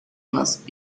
must